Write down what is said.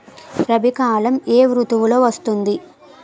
రబీ కాలం ఏ ఋతువులో వస్తుంది?